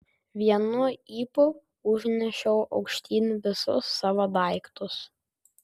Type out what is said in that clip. vienu ypu užnešiau aukštyn visus savo daiktus